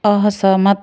असहमत